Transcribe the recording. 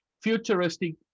futuristic